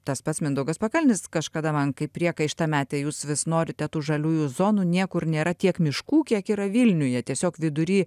tas pats mindaugas pakalnis kažkada man kaip priekaištą metė jūs vis norite tų žaliųjų zonų niekur nėra tiek miškų kiek yra vilniuje tiesiog vidury